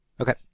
okay